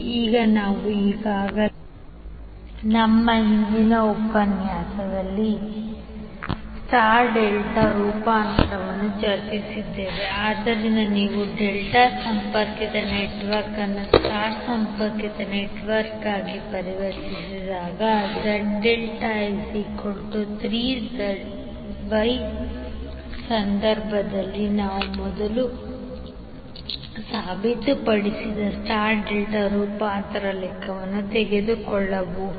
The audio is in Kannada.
ಈಗ ನಾವು ಈಗಾಗಲೇ ನಮ್ಮ ಹಿಂದಿನ ಉಪನ್ಯಾಸದಲ್ಲಿ ಸ್ಟಾರ್ ಡೆಲ್ಟಾ ರೂಪಾಂತರವನ್ನು ಚರ್ಚಿಸಿದ್ದೇವೆ ಆದ್ದರಿಂದ ನೀವು ಡೆಲ್ಟಾ ಸಂಪರ್ಕಿತ ನೆಟ್ವರ್ಕ್ ಅನ್ನು ಸ್ಟಾರ್ ಸಂಪರ್ಕಿತ ನೆಟ್ವರ್ಕ್ ಆಗಿ ಪರಿವರ್ತಿಸಿದಾಗ Z∆3ZYಸಂದರ್ಭದಲ್ಲಿ ನಾವು ಮೊದಲು ಸಾಬೀತುಪಡಿಸಿದ ಸ್ಟಾರ್ ಡೆಲ್ಟಾ ರೂಪಾಂತರದ ಉಲ್ಲೇಖವನ್ನು ತೆಗೆದುಕೊಳ್ಳುತ್ತೇವೆ